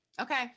Okay